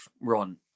run